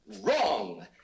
Wrong